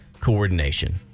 coordination